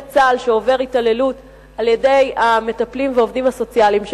צה"ל שעובר התעללות על-ידי המטפלים והעובדים הסוציאליים שלו.